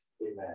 Amen